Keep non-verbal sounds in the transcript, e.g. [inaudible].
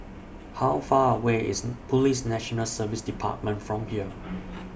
How Far away IS [noise] Police National Service department from here